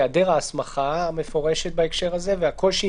היעדר הסמכה מפורשת בהקשר הזה והקושי